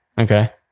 Okay